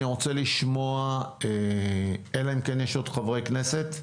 אני רוצה לשמוע אלא אם כן יש עוד חברי כנסת?